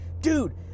dude